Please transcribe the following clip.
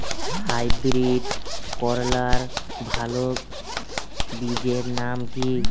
Hybrid করলার ভালো বীজের নাম কি?